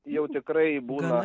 jau tikrai būna